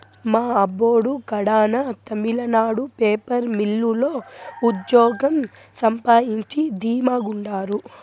మా అబ్బోడు కడాన తమిళనాడు పేపర్ మిల్లు లో ఉజ్జోగం సంపాయించి ధీమా గుండారు